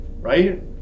Right